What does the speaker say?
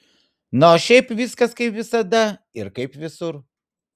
na o šiaip viskas kaip visada ir kaip visur